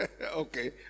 okay